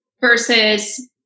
Versus